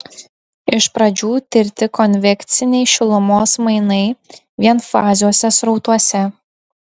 iš pradžių tirti konvekciniai šilumos mainai vienfaziuose srautuose